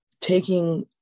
taking